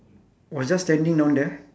or just standing down there